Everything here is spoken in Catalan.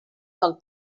del